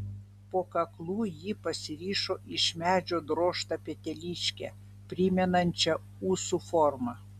po kaklu ji pasirišo iš medžio drožtą peteliškę primenančią ūsų formą